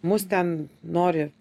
mus ten nori